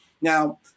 Now